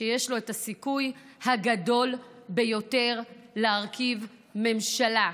שיש לו את הסיכוי הגדול ביותר להרכיב ממשלה.